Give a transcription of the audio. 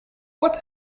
what